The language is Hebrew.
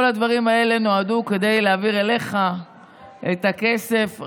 כל הדברים האלה נועדו כדי להעביר אליך את הכסף.